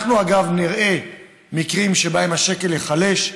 אנחנו, אגב, נראה מקרים שבהם השקל ייחלש,